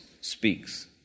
speaks